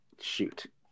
Shoot